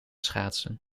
schaatsen